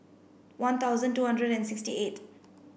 one thousand two hundred and sixty eight